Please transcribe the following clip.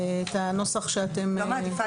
את לא מעדיפה,